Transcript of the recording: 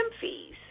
fees